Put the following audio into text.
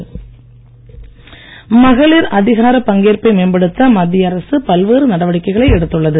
மகளிர் அதிகாரம் மகளிர் அதிகார பங்கேற்பை மேம்படுத்த மத்திய அரசு பல்வேறு நடவடிக்கைகளை எடுத்துள்ளது